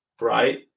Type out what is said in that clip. right